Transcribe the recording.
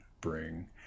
bring